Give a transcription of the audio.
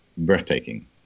breathtaking